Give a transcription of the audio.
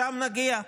לשם נגיע.